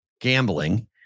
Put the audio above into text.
gambling